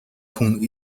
хүн